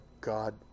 God